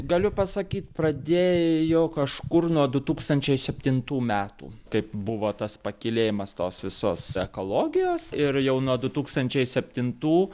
galiu pasakyt pradėjo kažkur nuo du tūkstančiai septintų metų kaip buvo tas pakylėjimas tos visos ekologijos ir jau nuo du tūkstančiai septintų